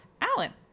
Alan